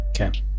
okay